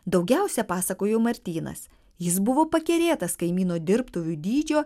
daugiausiai pasakojo martynas jis buvo pakerėtas kaimyno dirbtuvių dydžio